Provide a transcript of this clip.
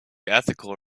ethical